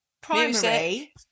primary